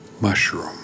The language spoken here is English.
Mushroom